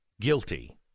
guilty